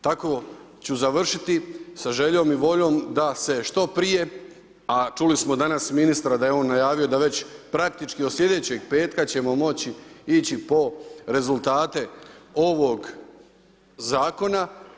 Tako ću završiti sa željom i voljom da se što prije, a čuli smo danas ministra da on je najavio da već praktički od slijedećeg petka ćemo moći ići po rezultate ovog Zakona.